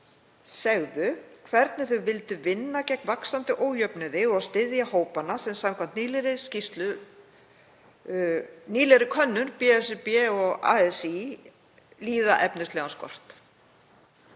segðu hvernig þau vildu vinna gegn vaxandi ójöfnuði og styðja hópana sem samkvæmt nýlegri könnun BSRB og ASÍ líða efnislegan skort.